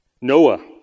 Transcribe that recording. Noah